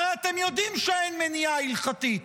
הרי אתם יודעים שאין מניעה הלכתית.